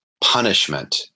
punishment